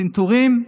צנתורים,